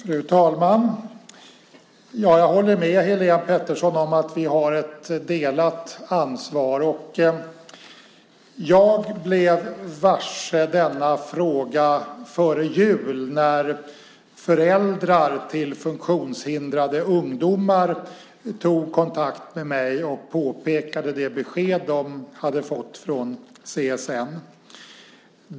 Fru talman! Jag håller med Helene Petersson om att vi har ett delat ansvar. Jag blev varse denna fråga före jul när föräldrar till funktionshindrade ungdomar tog kontakt med mig och berättade om det besked de fått från CSN.